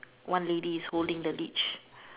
one lady is holding the leash